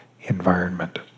environment